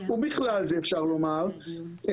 ובכלל זה אפשר לומר,